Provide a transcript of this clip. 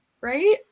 right